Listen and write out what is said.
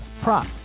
prop